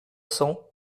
cents